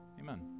Amen